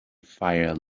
fire